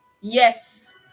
Yes